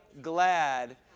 glad